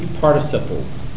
participles